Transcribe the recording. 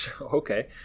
okay